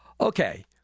Okay